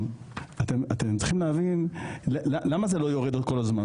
אתם צריכים להבין, למה זה לא יורד עוד כל הזמן?